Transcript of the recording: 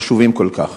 החשובים כל כך.